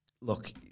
Look